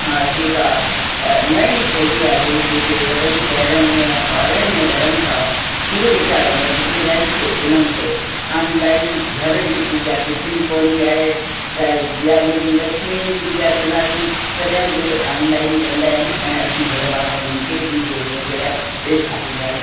हा जेका नई टही आहे जेके वॾनि शहरनि में या फारेन में रहनि था उहे वीचारा मजबूर आहिनि पोइ उनन खे आनलाइन घर जी पूॼा डिसणी पवंदी आहे जा ॾियारीअ जी लक्ष्मीअ जी पूॼा कंदासीं व तॾहिं बि उहे ऑनलाइन कंदा आहिनि ऐं अससां घरवारा उन्हनि खे वीडियोस वग़ैरह ॾेखारींदा आ्यूंहि